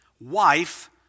wife